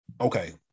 okay